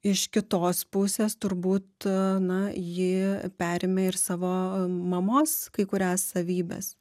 iš kitos pusės turbūt na ji perėmė ir savo mamos kai kurias savybes